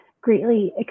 greatly